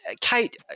kate